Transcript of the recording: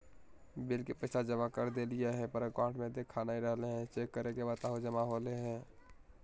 Bill के पैसा जमा कर देलियाय है पर अकाउंट में देखा नय रहले है, चेक करके बताहो जमा होले है?